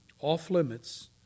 off-limits